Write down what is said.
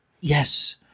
Yes